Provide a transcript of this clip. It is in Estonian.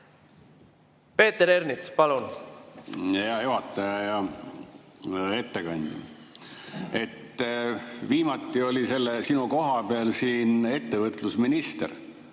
Peeter Ernits, palun! Hea juhataja! Hea ettekandja! Viimati oli selle sinu koha peal siin ettevõtlusminister,